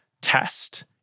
test